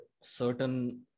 certain